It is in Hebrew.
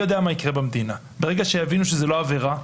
אבל אני יודע מה יקרה במדינה ברגע שיבינו שזו לא עבירה.